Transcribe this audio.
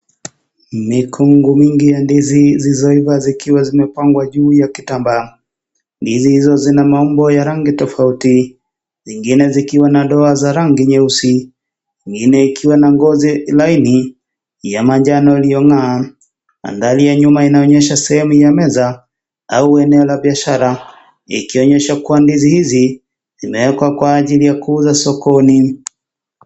Migungu mingi ya ndizi hisizoiva zikiwa zimepangwa juu ya kitambaa. Ndizi hizo zina maumbo ya rangi tofauti, zingine zikiwa na doa za rangi nyeusi, ingine ikiwa na ngozi laini, ya manjano iliyong'aa. Mandhari ya nyuma inaonyesha sehemu ya ya meza au eneo la biashara, ikionyesha kuwa ndizi hizi zimewekwa kwa ajili ya kuuzwa sokoni.